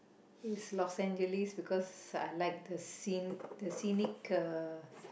is Los-Angeles because I like the scene the scenic uh